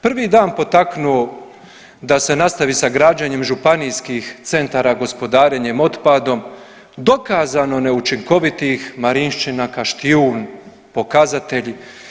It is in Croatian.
Prvi dan potaknuo da se nastavi sa građenjem županijskih centara gospodarenjem otpadom dokazano neučinkovitih Marinščina, Kaštjun pokazatelji.